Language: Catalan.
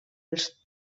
els